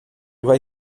vai